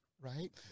right